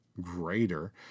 greater